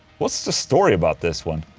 what's the story about this one?